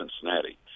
Cincinnati